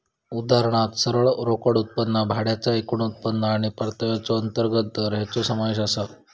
उदाहरणात सरळ रोकड उत्पन्न, भाड्याचा एकूण उत्पन्न आणि परताव्याचो अंतर्गत दर हेंचो समावेश आसा